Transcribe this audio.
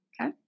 Okay